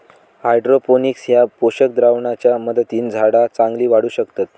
hydroponics ह्या पोषक द्रावणाच्या मदतीन झाडा चांगली वाढू शकतत